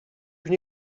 une